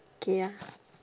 K ya